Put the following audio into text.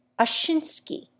Ashinsky